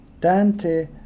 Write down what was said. Dante